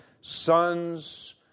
sons